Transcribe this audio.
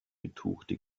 betuchte